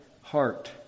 heart